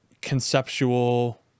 conceptual